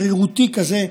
שרירותי כזה,